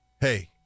hey